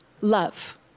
love